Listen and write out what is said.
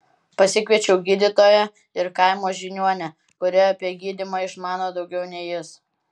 pasikviečiau gydytoją ir kaimo žiniuonę kuri apie gydymą išmano daugiau nei jis